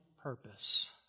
purpose